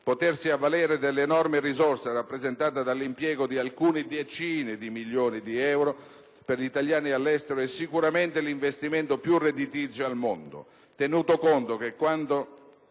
Potersi avvalere dell'enorme risorsa rappresentata dall'impiego di alcune decine di milioni di euro per gli italiani all'estero è sicuramente l'investimento più redditizio al mondo, tenuto conto che, quantificato